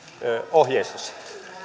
ohjeistus